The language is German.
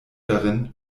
darin